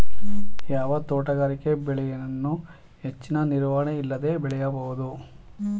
ಯಾವ ತೋಟಗಾರಿಕೆ ಬೆಳೆಯನ್ನು ಹೆಚ್ಚಿನ ನಿರ್ವಹಣೆ ಇಲ್ಲದೆ ಬೆಳೆಯಬಹುದು?